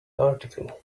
article